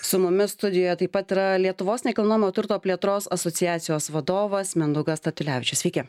su mumis studijoje taip pat yra lietuvos nekilnojamo turto plėtros asociacijos vadovas mindaugas statulevičius sveiki